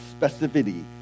specificity